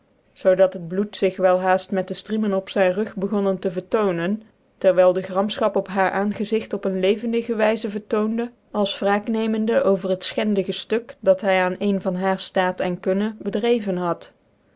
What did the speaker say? dat het bloed zig wel haaft met dc ftriemen op yn rug begonnen te vertoonen terwijl dc gramfchap op haar aangezigt op een levendige wyzc vertoonde als wraak nemende over het fchendie ftuk dat hy aan ccn van haar ftaat cn kunne bedreven had